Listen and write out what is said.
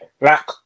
Black